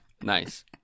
Nice